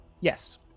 Yes